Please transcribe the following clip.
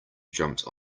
jumped